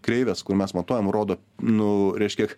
kreivės kur mes matuojam rodo nu reiškia